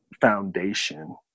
foundation